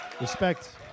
Respect